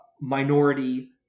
minority